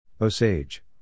Osage